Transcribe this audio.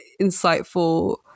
insightful